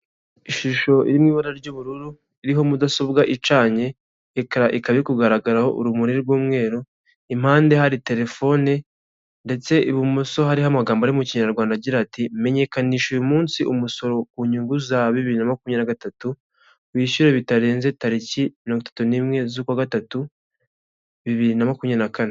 Ishusho iri mu ibara ry'ubururu, iriho mudasobwa icanye, ecra ikaba iri kugaragaraho urumuri rw'umweru, impande hari telefone, ndetse ibumoso hariho amagambo ari mu kinyarwanda, agira ati, menyekanisha uyu munsi umusoro ku nyungu za bibiri makumyabiri na gatatu, wishyure bitarenze tariki mirongo itatu n'imwe z'ukwa gatatu, bibiri na makumyabiri na kane.